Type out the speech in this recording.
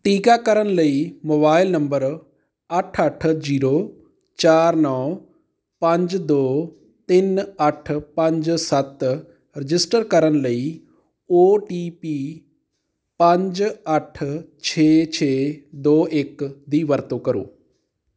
ਟੀਕਾਕਰਨ ਲਈ mobile number ਅੱਠ ਅੱਠ ਜੀਰੋ ਚਾਰ ਨੌਂ ਪੰਜ ਦੋ ਤਿੰਨ ਅੱਠ ਪੰਜ ਸੱਤ ਰਜਿਸਟਰ ਕਰਨ ਲਈ ਓ ਟੀ ਪੀ ਪੰਜ ਅੱਠ ਛੇ ਛੇ ਦੋ ਇੱਕ ਦੀ ਵਰਤੋਂ ਕਰੋ